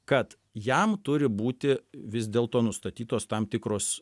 kad jam turi būti vis dėl to nustatytos tam tikros